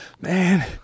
man